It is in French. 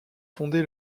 fondé